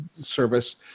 service